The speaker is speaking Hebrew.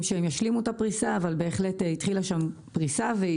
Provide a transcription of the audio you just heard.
להשלמת הפריסה אבל בהחלט התחילה שם פריסה.